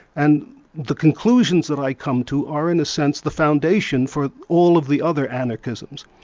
and the conclusions that i come to are in a sense the foundation for all of the other anarchisms.